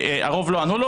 הרוב לא ענו לו.